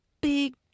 big